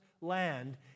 land